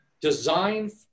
designed